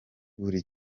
buri